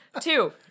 Two